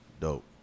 Dope